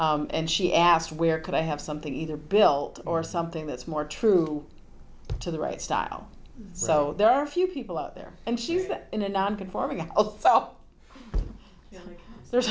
and she asked where could i have something either built or something that's more true to the right style so there are a few people out there and she was that in and i'm conforming so there's